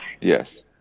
Yes